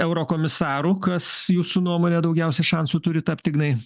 eurokomisaru kas jūsų nuomone daugiausiai šansų turi tapti ignai